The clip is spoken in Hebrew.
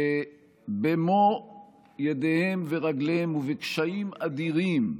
שבמו ידיהם ורגליהם, ובקשיים אדירים,